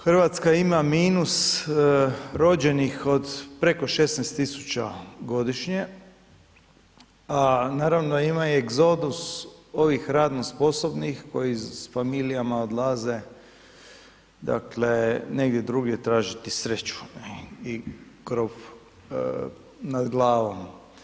Hrvatska ima minus rođenih od preko 16.000 godišnje, a naravno ima egzodus ovih radno sposobnih koji s familijama odlaze negdje drugdje tražiti sreću i krov nad glavom.